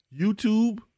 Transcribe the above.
YouTube